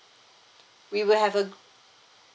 we will have a